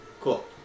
Cool